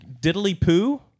diddly-poo